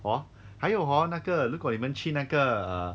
hor 还有 hor 那个如果你们去那个